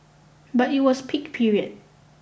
but it was peak period